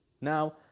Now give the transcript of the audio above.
Now